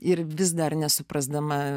ir vis dar nesuprasdama